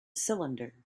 cylinder